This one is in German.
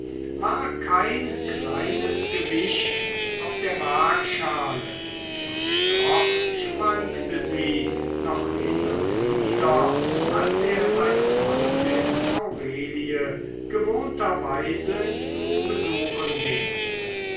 war kein kleines gewicht auf der waagschale und doch schwankte sie noch hin und wider als er seine freundin aurelie gewohnterweise zu besuchen ging